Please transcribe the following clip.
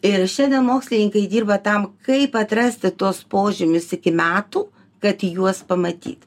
ir šiandien mokslininkai dirba tam kaip atrasti tuos požymius iki metų kad juos pamatyt